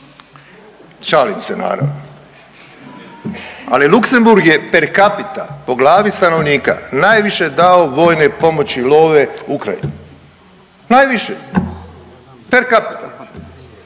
je per capita, ali Luxembourg je per capita po glavi stanovnika najviše dao vojne pomoći, love Ukrajini. Najviše! Per capita.